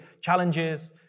challenges